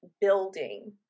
building